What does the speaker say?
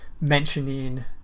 mentioning